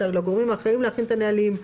לגורמים האחראים להכין את הנהלים,